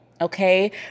Okay